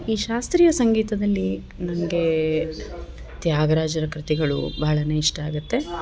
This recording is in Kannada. ಈ ಶಾಸ್ತ್ರೀಯ ಸಂಗೀತದಲ್ಲಿ ನನಗೆ ತ್ಯಾಗರಾಜರ ಕೃತಿಗಳು ಭಾಳನೆ ಇಷ್ಟಾಗುತ್ತೆ